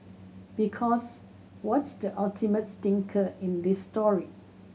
because what's the ultimate stinker in this story